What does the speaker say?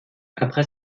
après